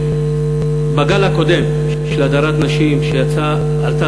בגל הקודם של סוגיית הדרת נשים עלתה